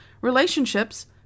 relationships